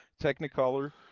Technicolor